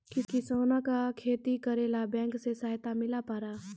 किसान का खेती करेला बैंक से सहायता मिला पारा?